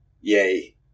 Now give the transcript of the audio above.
yay